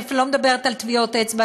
אני אפילו לא מדברת על טביעות אצבע,